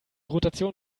rotation